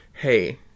Hey